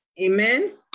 Amen